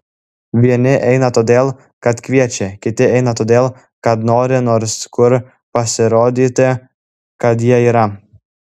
vieni eina todėl kad kviečia kiti eina todėl kad nori nors kur pasirodyti kad jie yra